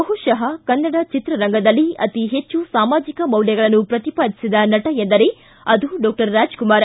ಬಹುಶಃ ಕನ್ನಡ ಚಿತ್ರರಂಗದಲ್ಲಿ ಅತೀ ಪೆಚ್ಚು ಸಾಮಾಜಿಕ ಮೌಲ್ಯಗಳನ್ನು ಪ್ರತಿಪಾದಿಸಿದ ನಟ ಎಂದರೆ ಅದು ಡಾಕ್ಷರ ರಾಜ್ಕುಮಾರ್